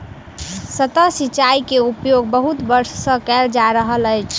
सतह सिचाई के उपयोग बहुत वर्ष सँ कयल जा रहल अछि